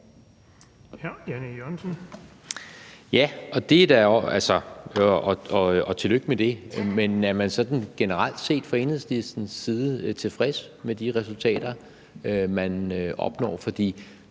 Enhedslistens side tilfreds med de resultater, man opnår?